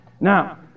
Now